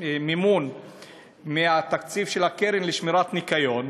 המימון מתקציב הקרן לשמירת הניקיון,